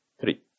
Three